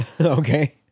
Okay